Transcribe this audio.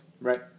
Right